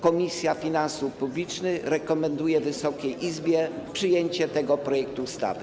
Komisja Finansów Publicznych rekomenduje Wysokiej Izbie przyjęcie projektu ustawy.